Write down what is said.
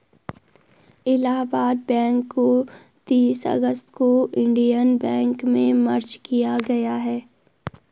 Allahabad bank को तीस अगस्त को इन्डियन बैंक में मर्ज किया गया है